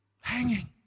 hanging